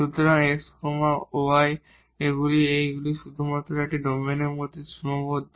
সুতরাং x y গুলি শুধুমাত্র এখানে একটি ডোমেইনের মধ্যে সীমাবদ্ধ